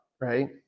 right